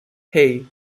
hey